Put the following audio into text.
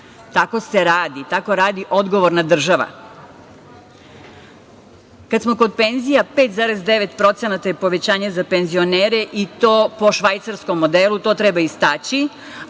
Tako se radi. Tako radi odgovorna država. Kad smo kod penzija, 5,9% je povećanje za penzionere, i to po švajcarskom modelu. To treba istaći.